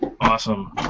Awesome